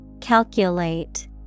Calculate